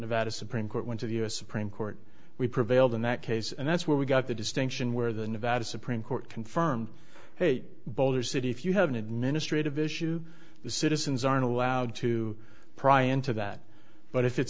nevada's supreme court went to the u s supreme court we prevailed in that case and that's where we got the distinction where the nevada supreme court confirmed hate boulder city if you have an administrative issue the citizens aren't allowed to pry into that but if it